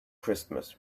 christmas